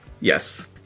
Yes